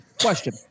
Question